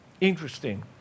Interesting